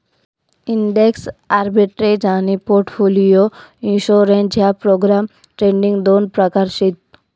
index arbitrage आनी portfolio insurance ह्या program trading दोन प्रकार शेत